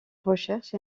recherche